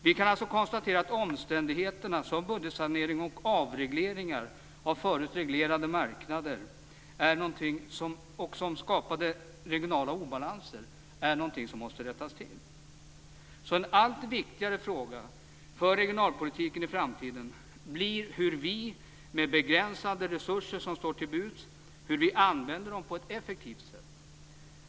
Vi kan alltså konstatera att omständigheterna för budgetsanering och avregleringar av förut reglerade marknader som skapade regionala obalanser är något som måste rättas till. En allt viktigare fråga för regionalpolitiken i framtiden blir hur vi använder de begränsade resurser som står till buds på ett effektivt sätt.